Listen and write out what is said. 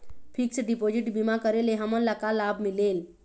Fix deposit बीमा करे ले हमनला का लाभ मिलेल?